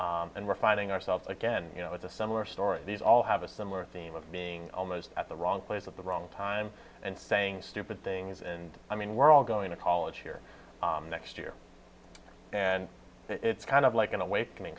and we're finding ourselves again with a similar story these all have a similar theme of being almost at the wrong place at the wrong time and saying stupid things and i mean we're all going to college here next year and it's kind of like an awakening